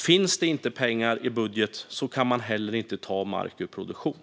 Finns det inte pengar i budget kan man heller inte ta mark ur produktion.